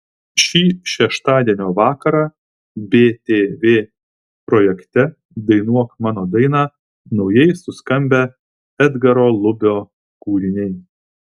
šį šeštadienio vakarą btv projekte dainuok mano dainą naujai suskambę edgaro lubio kūriniai